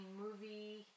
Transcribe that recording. movie